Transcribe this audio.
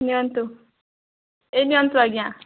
ନିଅନ୍ତୁ ଏହି ନିଅନ୍ତୁ ଆଜ୍ଞା